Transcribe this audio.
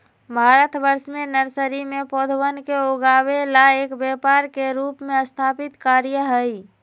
भारतवर्ष में नर्सरी में पौधवन के उगावे ला एक व्यापार के रूप में स्थापित कार्य हई